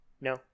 No